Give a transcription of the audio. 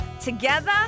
together